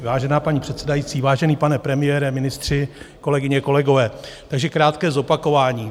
Vážená paní předsedající, vážený pane premiére, ministři, kolegyně, kolegové, krátké zopakování.